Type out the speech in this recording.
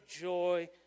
joy